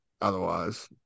otherwise